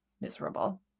miserable